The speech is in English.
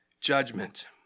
judgment